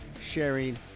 sharing